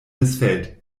missfällt